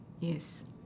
yes